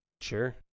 sure